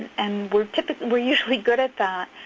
and we're we're usually good at that.